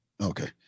Okay